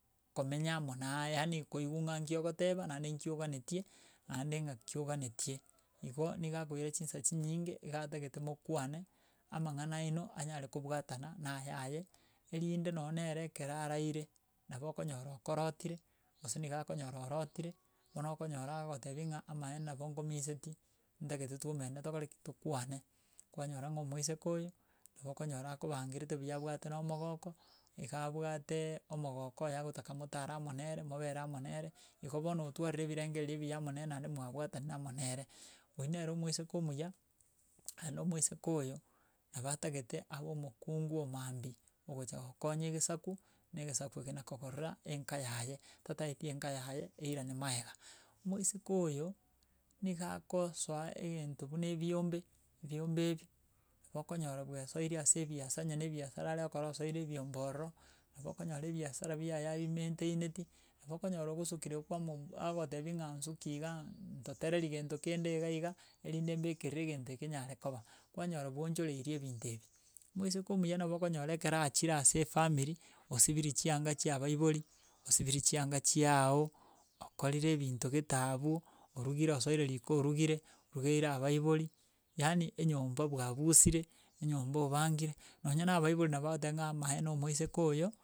Komenya amo naye yaani koigwa ng'a nki ogoteba naende nki oganetie naende ng'aki oganetie. Igo niga akoira chinsa chinyinge iga atagete mokwane amang'ana aino anyare kobwatana na ayaye erinde nonere ekero araire, nabo okonyora okorotire gose niga akonyora orotire bono okonyora agogotebi ng'a amaene nabo ngomiseti ntagete toumerane tokore ki, tokwane kwanyora ng'a omoiseke oyo nabokonyora akobangerete buya abwate na omogoko iga abwate omogoko oye agotaka motare amo nere mobere amo nere igo bono otwarire ebirengereri ebiya amo nere naende mwabwatanire amo nere. Oywo nere omoiseke omuya naende omoiseke oyo nabo atagete abe omokungu omambia ogocha gokonya egesaku na egesaku eke na gokokorora enka yaye, tataeti enka yaye eraine maega. Omoiseke oyo niga akosoa egento buna ebiombe embiobe ebi, nabo okonyora bwesoiri ase ebiasara onye na biasara are gokora osoire embiobe ororo, nabo okonyora ebiasara biaye abimaintaineti nabo okonyora ogosukire kwamo agogotebi ng'a nsuki iga ntotereri gento kende iga iga erinde bekere egento eke enyare koba, kwanyora gwaochoreiri ebinto ebi. Omoiseke omuya nabo okonyora ekere achire ase efamiri, osibiri chianga chia abaibori, osibiri chianga chiago, okorire binto gete abwo, orugire osoire riko orugire, orugeire abaibori, yaani enyomba bwabusire, enyomba obangire nonya na abaibori nabo bagoteba ng'a amaene omoiseke oyo.